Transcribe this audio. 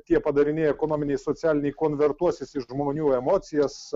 tie padariniai ekonominiai socialiniai konvertuosis į žmonių emocijas